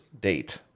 date